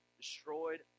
destroyed